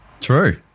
True